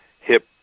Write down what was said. hip